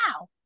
wow